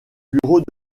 bureaux